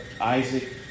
Isaac